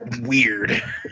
weird